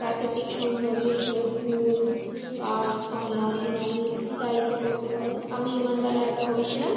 প্রাকৃতিক সৌন্দর্য হিসাবে ফুল বা ঝর্ণা সিনারি যা ইচ্ছা করতে পারে আমি মাণ্ডালা আর্ট করেছিলাম